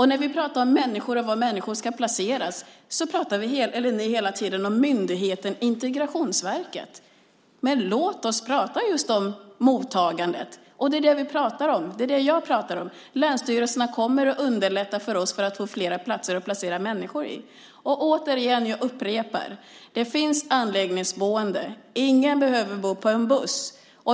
När vi pratar om människor och om var människor ska placeras så pratar ni hela tiden om myndigheten Integrationsverket, men låt oss prata om just mottagandet! Det är det jag pratar om. Länsstyrelserna kommer att underlätta för oss när det gäller att få fler platser att placera människor på. Och jag upprepar: Det finns anläggningsboende. Ingen behöver bo på en buss.